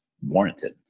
warranted